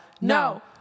no